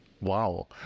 Wow